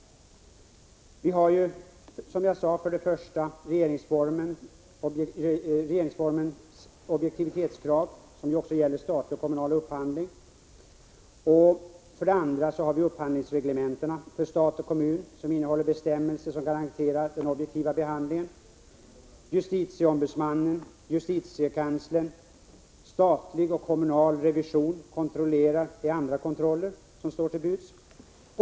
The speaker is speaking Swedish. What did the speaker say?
Vi har, som jag framhöll, först och främst regeringsformens objektivitetskrav, som också gäller statlig och kommunal upphandling. Vidare innehåller upphandlingsreglementena för stat och kommun bestämmelser som garanterar en objektiv behandling. Justitieombudsmannen, justitiekanslern, statlig och kommunal revision är andra kontroller som står till buds.